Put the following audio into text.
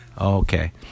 Okay